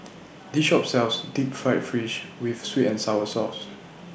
This Shop sells Deep Fried Fish with Sweet and Sour Sauce